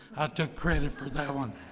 took credit for that one.